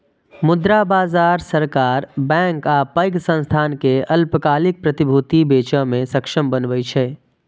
मुद्रा बाजार सरकार, बैंक आ पैघ संस्थान कें अल्पकालिक प्रतिभूति बेचय मे सक्षम बनबै छै